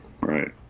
Right